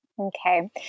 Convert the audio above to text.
Okay